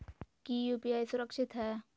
की यू.पी.आई सुरक्षित है?